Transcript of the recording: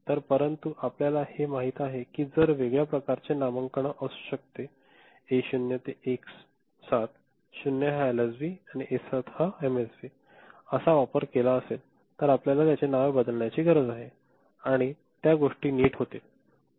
तर परंतु आपल्याला हे माहित आहे की जर वेगळ्या प्रकारचे नामांकन असू शकते ए 0 ते ए 7 0 हा एलएसबी आणि ए 7 एमएसबी असा वापर केला असेल तर आपल्याला त्याचे नाव बदलण्याची गरज आहे आणि त्या गोष्टी नीट होतील